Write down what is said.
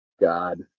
God